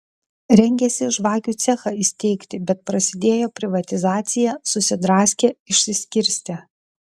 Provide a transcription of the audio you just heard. rengėsi žvakių cechą įsteigti bet prasidėjo privatizacija susidraskė išsiskirstė